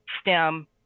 STEM